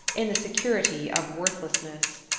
in the security of worthlessness.